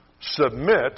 submit